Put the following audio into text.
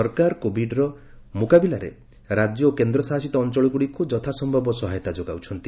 ସରକାର କୋବିଡର ମୁକାବିଲାରେ ରାଜ୍ୟ ଓ କେନ୍ଦ୍ରଶାସିତ ଅଞ୍ଚଳଗୁଡ଼ିକୁ ଯଥାସ୍ୟବ ସହାୟତା ଯୋଗାଉଛନ୍ତି